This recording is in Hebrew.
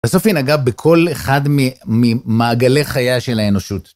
בסוף היא נגעה בכל אחד ממעגלי חייה של האנושות.